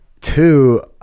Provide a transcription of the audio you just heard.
two